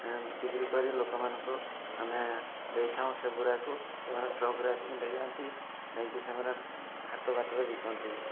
ବିକ୍ରି କରି ଲୋକମାନଙ୍କୁ ଆମେ ଦେଇଥାଉ ସେହିଗୁଡ଼ାକୁ ସେମାନେ ଟ୍ରକ୍ରେ ଆସିକି ନେଇଯାଆନ୍ତି ନେଇକି ସେମାନେ ହାଟ ବାଟରେ ବିକନ୍ତି